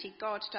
God